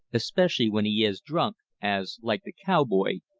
especially when he is drunk, as, like the cow-boy,